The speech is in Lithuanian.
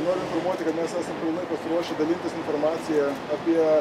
noriu informuoti kad mes esam pilnai pasiruošę dalintis informacija apie